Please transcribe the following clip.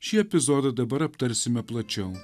šį epizodą dabar aptarsime plačiau